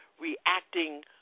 reacting